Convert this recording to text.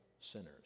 sinners